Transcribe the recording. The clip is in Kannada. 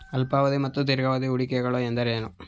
ಅಲ್ಪಾವಧಿ ಮತ್ತು ದೀರ್ಘಾವಧಿ ಹೂಡಿಕೆಗಳು ಎಂದರೇನು?